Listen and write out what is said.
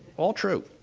all true.